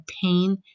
pain